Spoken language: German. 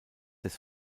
des